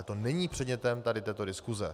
Ale to není předmětem tady této diskuse.